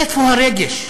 איפה הרגש?